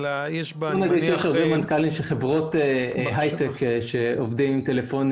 בוא נגיד שיש הרבה מנכ"לים של חברות הייטק שעובדים עם טלפונים